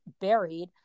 buried